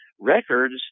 records